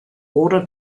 order